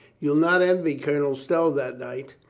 you'll not envy colonel stow that night.